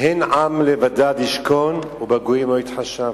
"הן עם לבדד ישכן ובגוים לא יתחשב."